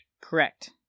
Correct